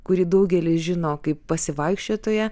kurį daugelis žino kaip pasivaikščiotoją